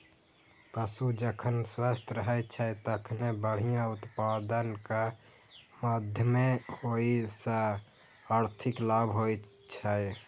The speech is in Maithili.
पशु जखन स्वस्थ रहै छै, तखने बढ़िया उत्पादनक माध्यमे ओइ सं आर्थिक लाभ होइ छै